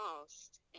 lost